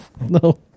No